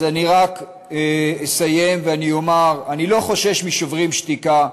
אז אני מסיים ואני רק אומר: אני לא חושש מ"שוברים שתיקה",